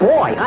Boy